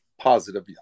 positive